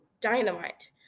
dynamite